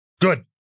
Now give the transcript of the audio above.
Good